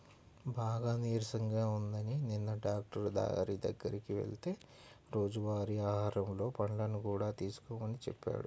బాగా నీరసంగా ఉందని నిన్న డాక్టరు గారి దగ్గరికి వెళ్తే రోజువారీ ఆహారంలో పండ్లను కూడా తీసుకోమని చెప్పాడు